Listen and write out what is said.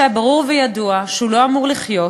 ואף שהיה ברור וידוע שהוא לא אמור לחיות,